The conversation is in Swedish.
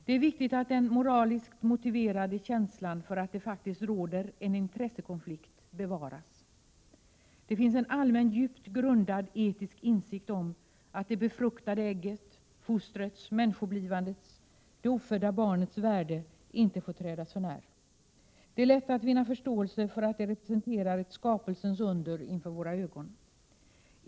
Det är viktigt att den moraliskt motiverade känslan för att det faktiskt råder en intressekonflikt bevaras. Det finns en allmän, djupt grundad etisk insikt om att det befruktade äggets — fostrets, människoblivandets, det ofödda barnets — värde inte får trädas för när. Det är lätt att vinna förståelse för att det representerar ett skapelsens under inför våra ögon.